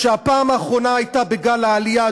הפעם האחרונה הייתה בגל העלייה,